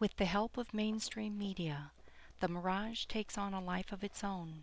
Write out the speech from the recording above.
with the help of mainstream media the mirage takes on a life of its own